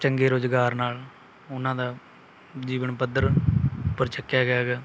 ਚੰਗੇ ਰੁਜ਼ਗਾਰ ਨਾਲ ਉਹਨਾਂ ਦਾ ਜੀਵਨ ਪੱਧਰ ਉਪਰ ਚੱਕਿਆ ਗਿਆ ਗਾ